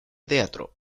teatro